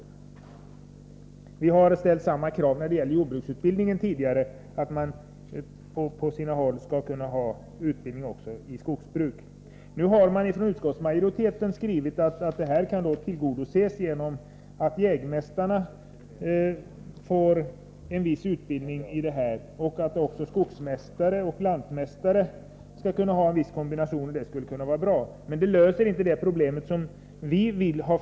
Tidigare har vi framfört samma krav när det gäller jordbruksutbildningen, dvs. att det på vissa platser skall finnas möjligheter till utbildning i skogsbruk. Utskottsmajoriteten skriver att detta krav kan tillgodoses genom att jägmästarna i viss mån får jordbruksutbildning. Även skogsmästarna och lantmästarna skall ha vissa möjligheter till en kombinerad utbildning, och det skulle vara bra. Men det löser inte det problem som vi uppmärksammat.